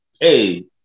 hey